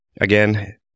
Again